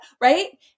Right